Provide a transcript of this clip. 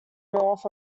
north